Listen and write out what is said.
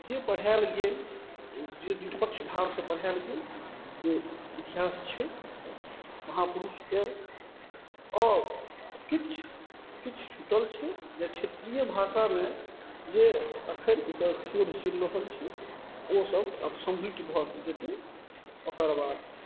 जे पढ़ायल गेल जे द्विपक्ष भावसँ पढ़ायल गेल जे इतिहास छै महापुरुषके आओर किछु किछु छूटल छै जे क्षेत्रीय भाषामे जे अखन ओइपर शोध चलि रहल छै ओ सब आब सङ्ग्रहित भऽ जेतय ओकर बाद